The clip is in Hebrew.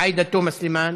עאידה תומא סלימאן,